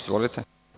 Izvolite.